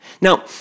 Now